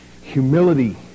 humility